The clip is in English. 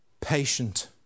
patient